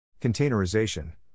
Containerization